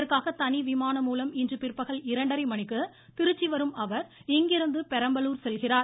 இதற்காக தனி விமானம் மூலம் இன்று பிற்பகல் இரண்டரை மணிக்கு திருச்சி வரும் அவர் இங்கிருந்து பெரம்பலூர் செல்கிறார்